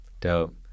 Dope